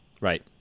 Right